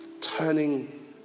turning